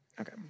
Okay